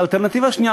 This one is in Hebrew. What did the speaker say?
האלטרנטיבה השנייה,